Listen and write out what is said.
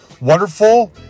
wonderful